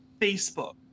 Facebook